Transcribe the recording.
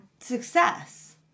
success